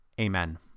Amen